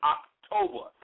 October